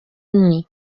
imwe